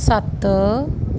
ਸੱਤ